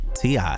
ti